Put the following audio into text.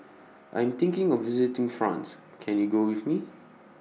I Am thinking of visiting France Can YOU Go with Me